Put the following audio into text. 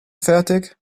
fertig